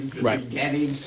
right